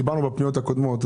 עליהם דיברנו בפניות הקודמות,